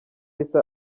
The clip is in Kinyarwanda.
yahise